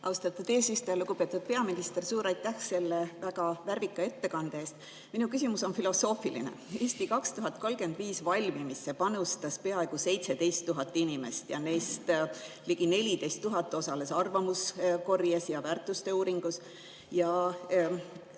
Austatud eesistuja! Lugupeetud peaminister, suur aitäh selle väga värvika ettekande eest! Minu küsimus on filosoofiline. Strateegia "Eesti 2035" valmimisse panustas peaaegu 17 000 inimest ning neist ligi 14 000 osales arvamuskorjes ja väärtuste uuringus.